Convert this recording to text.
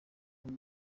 koko